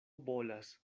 bolas